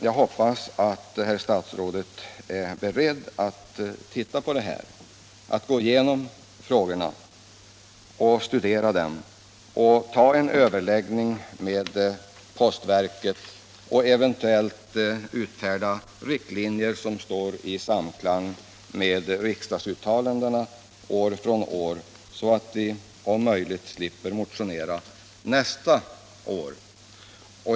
Jag hoppas emellertid att herr statsrådet är beredd att ytterligare studera dessa frågor, ta en överläggning med postverket och eventuellt utfärda riktlinjer som står i samklang med riksdagsuttalandena år från år, så att vi om möjligt slipper motionera nästa år.